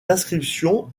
inscriptions